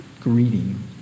greeting